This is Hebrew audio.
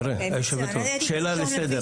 שרן, שאלה לסדר.